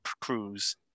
cruise